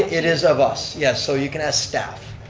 it is of us, yes, so you can ask staff,